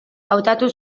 hautatu